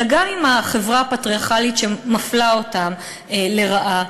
אלא גם עם החברה הפטריארכלית שמפלה אותן לרעה.